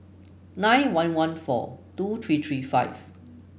nine one one four two three three five